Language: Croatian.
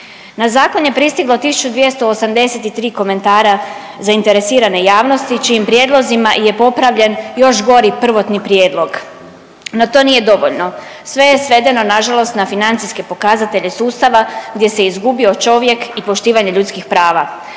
Na zakon je pristiglo 1283 komentara zainteresirane javnosti, čijim prijedlozima je popravljen još gori prvotni prijedlog, no to nije dovoljno, sve je svedeno, nažalost na financijske pokazatelje sustava gdje se izgubio čovjek i poštivanje ljudskih prava.